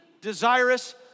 desirous